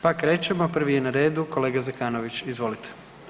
Pa krećemo, prvi je na redu kolega Zekanović, izvolite.